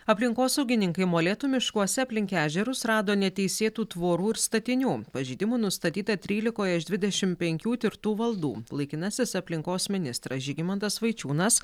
aplinkosaugininkai molėtų miškuose aplink ežerus rado neteisėtų tvorų ir statinių pažeidimų nustatyta trylikoje iš dvidešim penkių tirtų valdų laikinasis aplinkos ministras žygimantas vaičiūnas